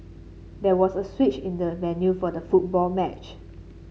there was a switch in the venue for the football match